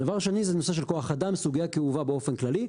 דבר שני זה נושא של כוח אדם - סוגייה כאובה באופן כללי.